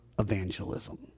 Evangelism